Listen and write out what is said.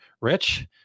Rich